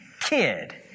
kid